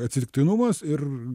atsitiktinumas ir